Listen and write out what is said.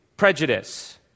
prejudice